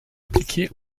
appliquée